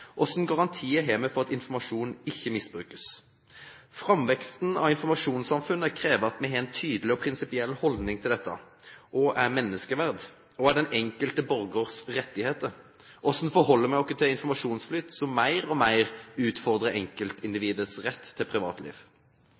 garantier har vi for at informasjon ikke misbrukes? Framveksten av informasjonssamfunnet krever at vi har en tydelig og prinsipiell holdning til dette: Hva er menneskeverd? Hva er den enkelte borgers rettigheter? Hvordan forholder vi oss til en informasjonsflyt som mer og mer utfordrer enkeltindividets rett til privatliv?